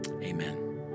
Amen